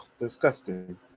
Disgusting